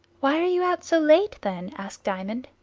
why are you out so late, then? asked diamond.